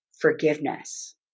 forgiveness